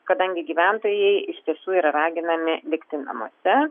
kadangi gyventojai iš tiesų yra raginami likti namuose